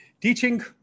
Teaching